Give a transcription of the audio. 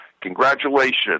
Congratulations